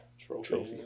trophy